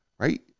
Right